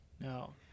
No